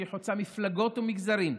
שהיא חוצה מפלגות ומגזרים,